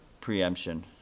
preemption